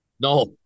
No